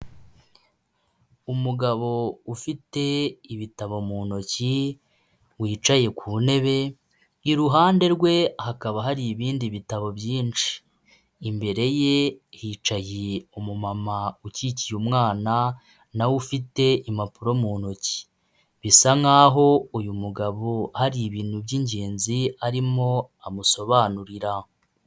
Umugabo ufite ibitabo mu ntoki, wicaye ku ntebe iruhande rwe hakaba hari ibindi bitabo byinshi, imbere ye hicaye umumama ukikiye umwana, nawe ufite impapuro mu ntoki, bisa nkaho uyu mugabo hari ibintu by'ingenzi arimo amusobanurira.